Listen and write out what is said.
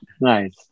Nice